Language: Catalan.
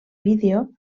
vídeo